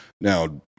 Now